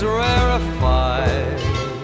rarefied